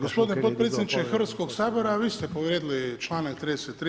Gospodine potpredsjedniče Hrvatskoga sabora, vi ste povrijedili članak 33.